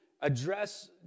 address